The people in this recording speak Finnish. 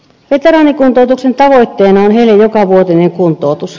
veteraanikuntoutuksen tavoitteena on heille jokavuotinen kuntoutus